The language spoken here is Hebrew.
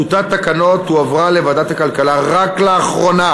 טיוטת תקנות הועברה לוועדת הכלכלה רק לאחרונה,